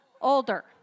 older